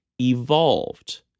evolved